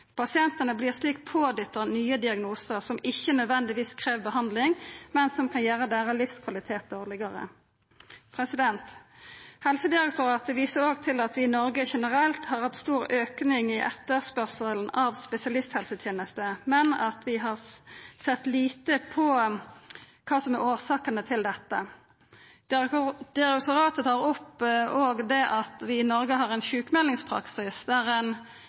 Pasientane vert slik pådytta nye diagnosar som ikkje nødvendigvis krev behandling, men som kan gjera deira livskvalitet dårlegare. Helsedirektoratet viser òg til at vi i Noreg generelt har hatt stor auke i etterspørsel av spesialisthelsetenester, men at vi har sett lite på årsakene til dette. Direktoratet tar òg opp det at vi i Noreg har ein sjukmeldingspraksis der ein